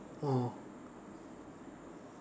orh